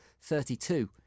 32